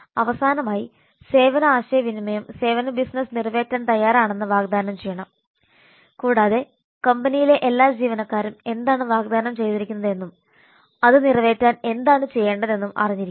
അവസാനമായി സേവന ആശയവിനിമയം സേവന ബിസിനസ്സ് നിറവേറ്റാൻ തയ്യാറാണെന്ന് വാഗ്ദാനം ചെയ്യണം കൂടാതെ കമ്പനിയിലെ എല്ലാ ജീവനക്കാരും എന്താണ് വാഗ്ദാനം ചെയ്തിരിക്കുന്നതെന്നും അത് നിറവേറ്റാൻ എന്താണ് ചെയ്യേണ്ടതെന്നും അറിഞ്ഞിരിക്കണം